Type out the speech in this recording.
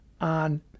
on